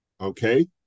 Okay